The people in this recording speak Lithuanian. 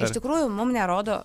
iš tikrųjų mum nerodo